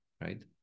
right